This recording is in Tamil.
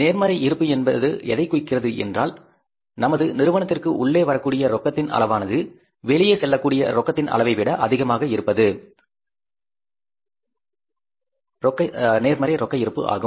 நேர்மறை இருப்பு என்பது எதைக் குறிக்கிறது என்றால் நமது நிறுவனத்திற்கு உள்ளே வரக்கூடிய ரொக்கத்தின் அளவானது வெளியே செல்லக்கூடிய ரொக்கத்தின் அளவைவிட அதிகமாக இருப்பது நேர்மறை ரொக்க இருப்பு ஆகும்